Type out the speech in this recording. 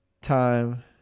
time